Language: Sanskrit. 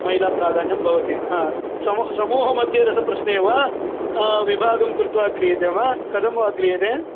महिलाप्राधान्यं भवति ह सम समूहमध्ये रसप्रश्ने वा विभागं कृत्वा क्रियते वा कथं वा क्रियते